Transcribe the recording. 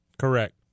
Correct